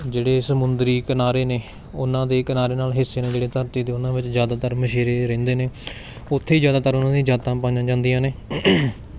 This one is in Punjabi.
ਜਿਹੜੇ ਸਮੁੰਦਰੀ ਕਿਨਾਰੇ ਨੇ ਓਨ੍ਹਾਂ ਦੀ ਕਿਨਾਰੇ ਨਾਲ ਹਿੱਸੇ ਨਾਲ ਜਿਹੜੀ ਧਰਤੀ ਦੇ ਓਹਨਾਂ ਵਿੱਚ ਜ਼ਿਆਦਾਤਰ ਮਛੇਰੇ ਰਹਿੰਦੇ ਨੇ ਉੱਥੇ ਜ਼ਿਆਦਾਤਰ ਓਹਨਾਂ ਦੀਆਂ ਜਾਤਾਂ ਪਾਇਆਂ ਜਾਂਦੀਆਂ ਨੇ